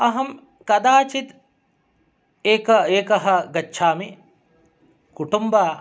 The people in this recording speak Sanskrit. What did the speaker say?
अहं कदाचित् एक एकः गच्छामि कुटुम्ब